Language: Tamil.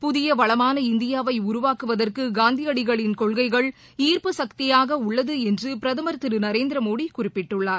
புதிய வளமாள இந்தியாவை உருவாக்குவதற்கு காந்தியடிகளின் கொள்கைகள் ஈர்ப்பு சக்தியாக உள்ளது என்று பிரதமர் திரு நரேந்திர மோடி குறிப்பிட்டுள்ளார்